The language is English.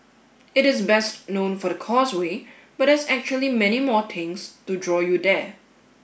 it is best known for the Causeway but there's actually many more things to draw you there